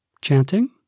Chanting